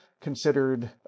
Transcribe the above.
considered